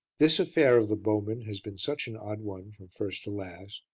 this affair of the bowmen has been such an odd one from first to last,